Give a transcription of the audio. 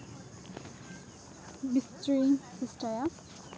ᱱᱤᱥᱪᱳᱭᱮ ᱪᱮᱥᱴᱟᱭᱟ